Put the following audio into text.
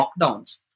lockdowns